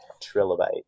trilobite